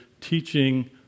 teaching